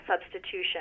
substitution